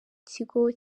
kigo